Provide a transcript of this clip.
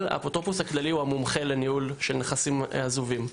האפוטרופוס הכללי הוא המומחה לניהול של נכסים עזובים,